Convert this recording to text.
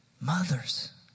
Mothers